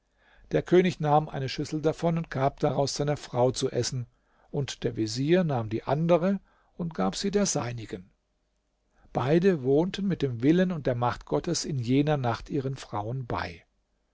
der könig nahm eine schüssel davon und gab daraus seiner frau zu essen und der vezier nahm die andere und gab sie der seinigen beide wohnten mit dem willen und der macht gottes in jener nacht ihren frauen bei